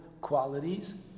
qualities